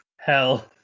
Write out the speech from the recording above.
hell